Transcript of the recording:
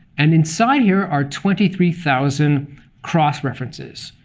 and inside here are twenty three thousand cross-references.